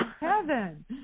heaven